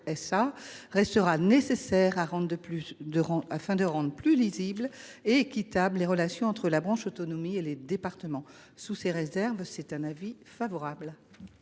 demeurera nécessaire, afin de rendre plus lisibles et équitables les relations entre la branche autonomie et les départements. Sous ces réserves, la commission est favorable